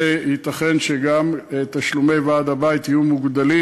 וייתכן שגם תשלומי ועד-הבית יהיו מוגדלים.